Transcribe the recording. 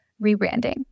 rebranding